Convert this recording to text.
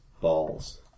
balls